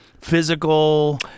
Physical